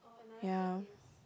ya